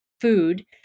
food